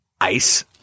ice